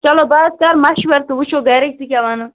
چلو بہٕ حظ کَر مَشوَر تہٕ وچھو گَرِکۍ تہِ کیاہ وَنَن